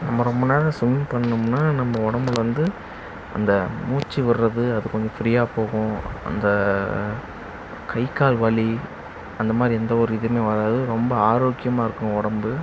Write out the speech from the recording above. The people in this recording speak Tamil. நம்ப ரொம்ப நேரம் ஸ்விமிங் பண்ணிணோம்ன்னா நம்ப உடம்புலருந்து இந்த மூச்சு விட்றது அது கொஞ்சம் ஃப்ரீயாக போகும் அந்த கை கால் வலி அந்த மாதிரி எந்த ஒரு இதுவுமே வராது ரொம்ப ஆரோக்கியமாக இருக்கும் உடம்பு